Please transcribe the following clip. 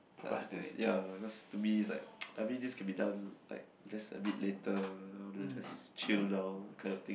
I like to ya because to me it's like I mean this can be done like just a bit later just chill down kind of thing